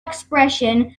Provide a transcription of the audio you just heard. expression